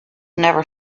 never